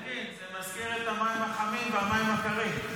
אלקין, זה מזכיר את המים החמים והמים הקרים.